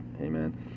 amen